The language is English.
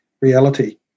reality